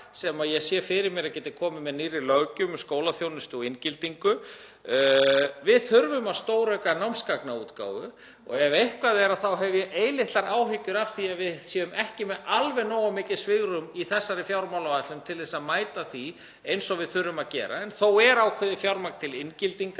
sem ég sé fyrir mér að geti komið með nýrri löggjöf um skólaþjónustu og inngildingu. Við þurfum að stórauka námsgagnaútgáfu og ef eitthvað er hef ég eilitlar áhyggjur af því að við séum ekki með alveg nógu mikið svigrúm í þessari fjármálaáætlun til að mæta því eins og við þurfum að gera, en þó er ákveðið fjármagn til inngildingar